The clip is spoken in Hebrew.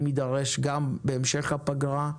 אם יידרש גם בהמשך הפגרה,